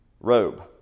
robe